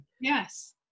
Yes